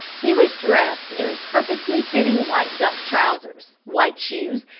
he was dressed in perfectly fitting white duck trousers, white shoes,